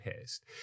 pissed